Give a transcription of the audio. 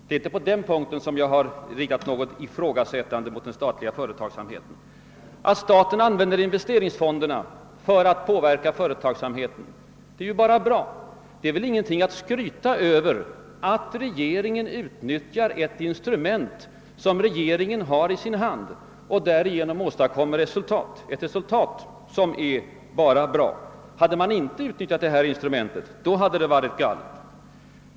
Det är inte i det avseendet jag uttryckt tvivel beträffande statlig företagsamhet. Att staten använder investeringsfonderna för att påverka företagsamheten är bara bra. Det är ingenting att skryta över att regeringen utnyttjar ett instrument som den har i sin hand och därigenom åstadkommer resultat. Om man inte hade utnyttjat detta instrument hade det verkligen varit betänkligt.